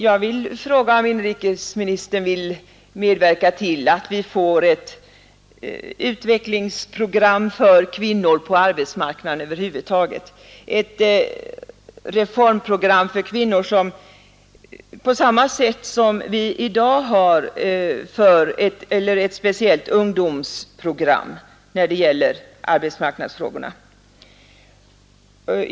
Jag vill fråga om inrikesministern vill medverka till att vi får ett utvecklingsprogram för kvinnor på arbétsmarknaden över huvud taget — ett reformprogram för kvinnor på samma sätt som vi i dag har ett speciellt ungdomsprogram när det gäller arbetsmarknadsfrågorna.